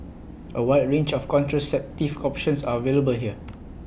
A wide range of contraceptive options are available here